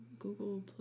Google